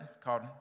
called